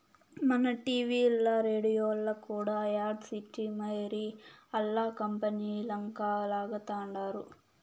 మన టీవీల్ల, రేడియోల్ల కూడా యాడ్స్ ఇచ్చి మరీ ఆల్ల కంపనీలంక లాగతండారు